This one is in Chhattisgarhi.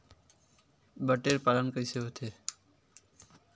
बटेर पालन कइसे करथे?